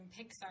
Pixar